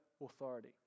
authority